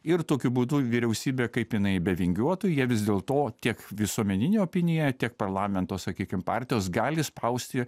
ir tokiu būdu vyriausybė kaip jinai bevingiuotų jie vis dėlto tiek visuomeninė opinija tiek parlamento sakykim partijos gali spausti